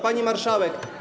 Pani Marszałek!